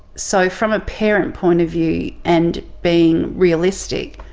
so from a parent point of view and being realistic,